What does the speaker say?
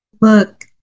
Look